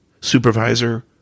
supervisor